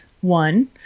one